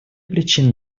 причина